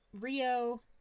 Rio